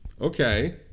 Okay